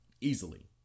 Easily